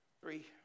three